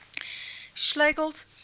Schlegel's